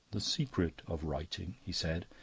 the secret of writing, he said,